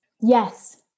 Yes